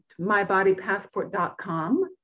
mybodypassport.com